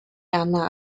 hannah